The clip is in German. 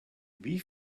wie